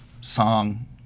song